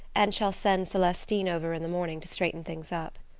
and shall send celestine over in the morning to straighten things up.